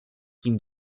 tím